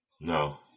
No